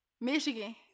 Michigan